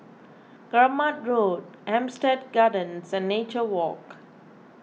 Keramat Road Hampstead Gardens and Nature Walk